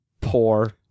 poor